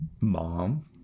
mom